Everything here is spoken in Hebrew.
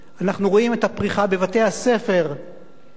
אנחנו רואים את הפריחה בבתי-הספר לקולנוע.